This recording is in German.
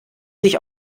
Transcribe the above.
sich